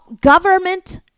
Government